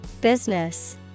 Business